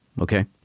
okay